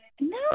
No